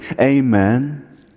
Amen